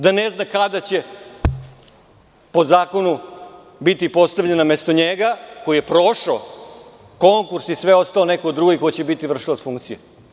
Da ne zna kada će po zakonu biti postavljen umesto njega, koji je prošao konkurs i sve ostalo, neko drugi ko će biti vršilac funkcije.